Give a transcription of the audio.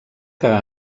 que